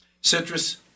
Citrus